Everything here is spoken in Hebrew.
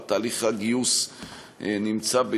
תהליך הגיוס בעיצומו,